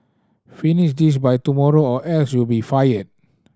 finish this by tomorrow or else you'll be fired